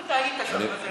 אתה היית שם.